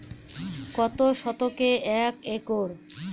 কত শতকে এক একর?